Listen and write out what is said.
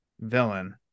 villain